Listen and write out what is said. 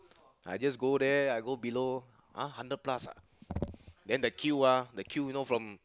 I just go there I go below !huh! hundred plus ah then the queue ah the queue you know from